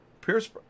Pierce